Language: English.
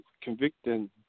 convicting